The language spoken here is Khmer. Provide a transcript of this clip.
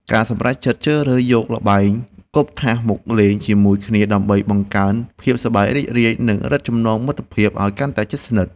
ការសម្រេចចិត្តជ្រើសរើសយកល្បែងគប់ថាសមកលេងជាមួយគ្នាដើម្បីបង្កើនភាពសប្បាយរីករាយ និងរឹតចំណងមិត្តភាពឱ្យកាន់តែជិតស្និទ្ធ។